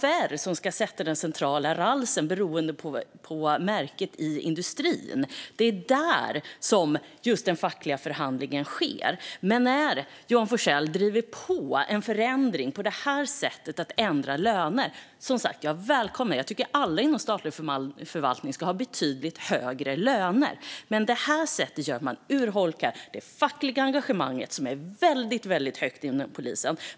Det är OFR som ska sätta centralt RALS beroende på märket i industrin. Det är just där den fackliga förhandlingen sker. Johan Forssell driver på en förändring på det här sättet när det gäller att ändra löner. Jag välkomnar som sagt en lönehöjning, och jag tycker att alla inom statlig förvaltning ska ha betydligt högre löner. Men det här sättet gör att man urholkar det fackliga engagemanget, som är väldigt starkt inom polisen.